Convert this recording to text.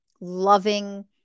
loving